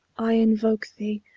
i invoke thee,